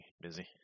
busy